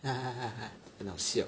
很好笑